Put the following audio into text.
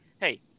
Hey